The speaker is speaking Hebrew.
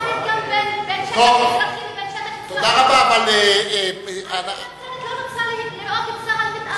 אני לא רוצה לראות את צה"ל מתאמן,